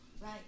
right